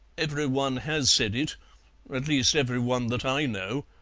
every one has said it at least every one that i know.